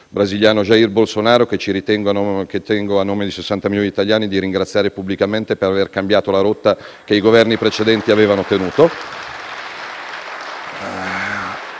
brasiliano Jair Bolsonaro, che tengo, a nome di 60 milioni di italiani, a ringraziare pubblicamente per aver cambiato la rotta che i Governi precedenti avevano tenuto.